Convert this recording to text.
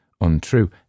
untrue